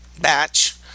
batch